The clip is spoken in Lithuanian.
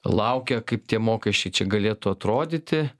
laukia kaip tie mokesčiai čia galėtų atrodyti